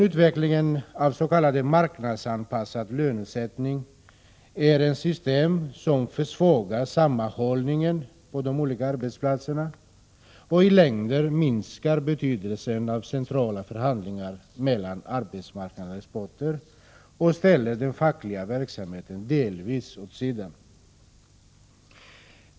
Utvecklingen av s.k. marknadsanpassad lönesättning är ett system som försvagar sammanhållningen på arbetsplatserna och som i längden minskar betydelsen av centrala förhandlingar mellan arbetsmarknadens parter och delvis ställer den fackliga verksamheten åt sidan.